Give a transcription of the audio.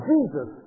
Jesus